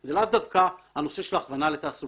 זה לאו דווקא הנושא של הכוונה לתעסוקה.